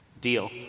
Deal